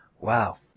Wow